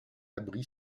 abri